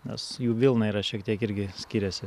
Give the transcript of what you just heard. nes jų vilna yra šiek tiek irgi skiriasi